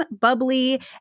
bubbly